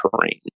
terrain